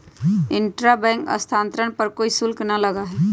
intra bank स्थानांतरण पर कोई शुल्क ना लगा हई